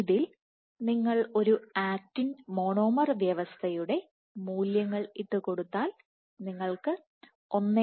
ഇതിൽ നിങ്ങൾ ഒരു ആക്റ്റിൻ മോണോമർ വ്യവസ്ഥയുടെ മൂല്യങ്ങൾ ഇട്ടു കൊടുത്താൽ നിങ്ങൾക്ക് 1